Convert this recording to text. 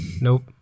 Nope